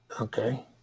Okay